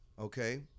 okay